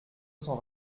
cent